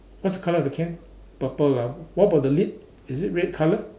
what's the colour of the can purple lah what about the lid is it red colour